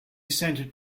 scented